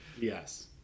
Yes